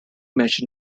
mason